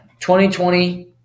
2020